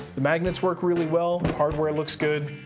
the magnets work really well, hardware looks good.